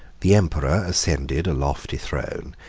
the emperor ascended a lofty throne,